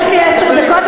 יש לי עשר דקות,